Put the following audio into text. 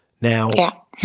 Now